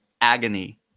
agony